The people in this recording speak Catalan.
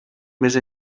més